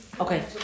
Okay